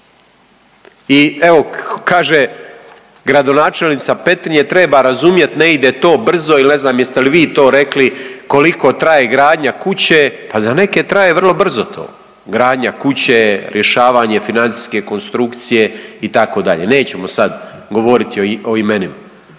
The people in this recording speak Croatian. I evo kaže gradonačelnica Petrinje treba razumjeti ne ide to brzo ili ne znam jeste li vi to rekli koliko traje gradnja kuće. Pa za neke traje vrlo brzo to, gradnja kuće, rješavanje financijske konstrukcije itd. Nećemo sad govoriti o imenima.